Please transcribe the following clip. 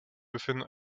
within